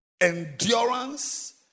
endurance